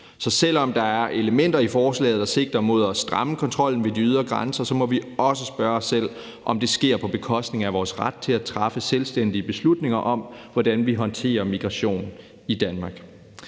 Så selv om der er elementer i forslaget, der sigter mod at stramme kontrollen ved de ydre grænser, så må vi også spørge os selv, om det sker på bekostning af vores ret til at træffe selvstændige beslutninger om, hvordan vi håndterer migration i Danmark.